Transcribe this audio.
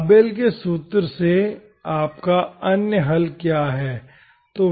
Abel के सूत्र से आपका अन्य हल क्या है